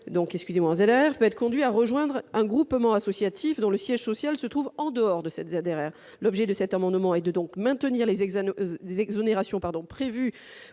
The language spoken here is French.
peuvent être conduits à rejoindre un groupement associatif dont le siège social se trouve en dehors de la ZRR. L'objet de cet amendement est de maintenir, dans ce cas, les exonérations prévues